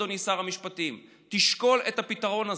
שר המשפטים: תשקול את הפתרון הזה.